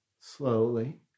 slowly